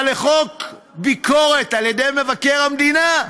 אבל לחוק ביקורת על ידי מבקר המדינה,